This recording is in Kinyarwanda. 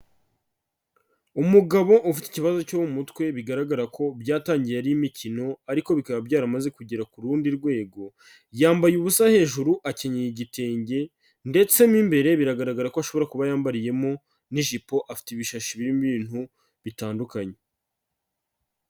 Umugabo ufite ikibazo cyo mu mutwe, bigaragara ko byatangiye ari imikino ariko bikaba byaramaze kugera ku rundi rwego. Yambaye ubusa hejuru akenyeye igitenge, ndetse mo imbere biragaragara ko ashobora kuba yambariyemo n'ijipo afite ibishashi brimo ibintu bitandukanye.